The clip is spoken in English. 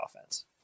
offense